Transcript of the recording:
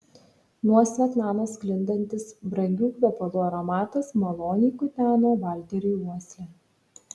nuo svetlanos sklindantis brangių kvepalų aromatas maloniai kuteno valteriui uoslę